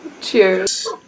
cheers